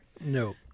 No